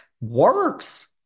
works